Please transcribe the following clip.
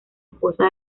esposa